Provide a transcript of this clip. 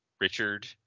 richard